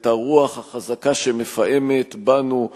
את הרוח החזקה שמפעמת בנו,